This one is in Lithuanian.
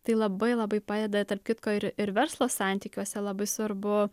tai labai labai padeda tarp kitko ir ir verslo santykiuose labai svarbu